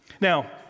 Now